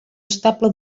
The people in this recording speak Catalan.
estable